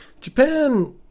japan